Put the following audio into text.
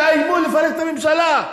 תאיימו לפרק את הממשלה.